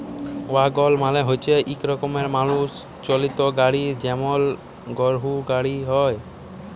ওয়াগল মালে হচ্যে ইক রকমের মালুষ চালিত গাড়হি যেমল গরহুর গাড়হি হয়